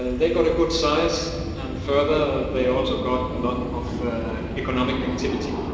and they got a good size and further they also got a lot of economic activity.